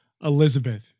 Elizabeth